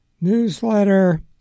newsletter